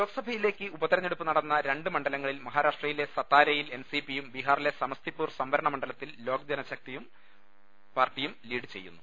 ലോക്സഭയിലേക്ക് ഉപതെരഞ്ഞെടുപ്പ് നടന്ന രണ്ട് മണ്ഡലങ്ങ ളിൽ മഹാരാഷ്ട്രയിലെ സതാരയിൽ എൻസിപിയും ബീഹാറിലെ സമസ്തിപൂർ സംവരണ മണ്ഡലത്തിൽ ലോക്ജനശക്തി പാർട്ടിയും ലീഡ് ചെയ്യുന്നു